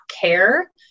care